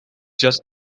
just